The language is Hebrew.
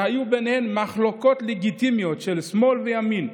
והיו ביניהן מחלוקות לגיטימיות של שמאל וימין,